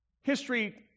history